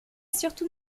surtout